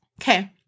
okay